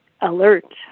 alert